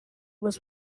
was